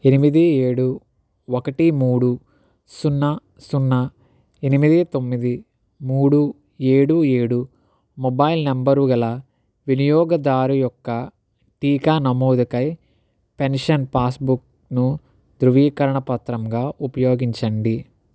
ఎనిమిది ఏడు ఒకటి ముడు సున్న సున్న ఎనిమిది తొమ్మిది ముడు ఏడు ఏడు మొబైల్ నంబరు గల వినియోగదారు యొక్క టీకా నమోదుకై పెన్షన్ పాస్బుక్ను ధృవీకరణ పత్రంగా ఉపయోగించండి